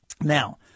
Now